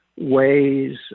ways